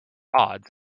odds